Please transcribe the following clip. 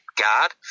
guard